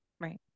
right